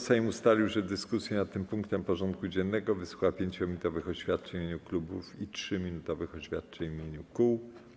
Sejm ustalił, że w dyskusji nad tym punktem porządku dziennego wysłucha 5-minutowych oświadczeń w imieniu klubów i 3-minutowych oświadczeń w imieniu kół.